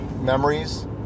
memories